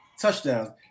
touchdowns